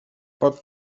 pot